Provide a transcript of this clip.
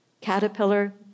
caterpillar